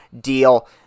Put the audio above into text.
deal